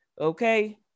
Okay